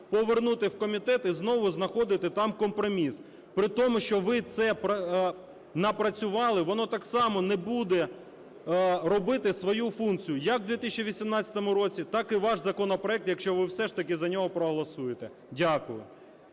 повернути в комітет і знову знаходити там компроміс. При тому, що ви це напрацювали, воно так само не буде робити свою функцію як в 2018 році так і ваш законопроект, якщо ви все ж таки за нього проголосуєте. Дякую.